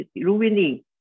ruining